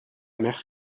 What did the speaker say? mer